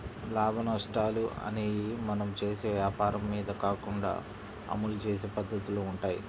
లాభనష్టాలు అనేయ్యి మనం చేసే వ్వాపారం మీద కాకుండా అమలు చేసే పద్దతిలో వుంటయ్యి